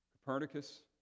Copernicus